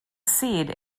seed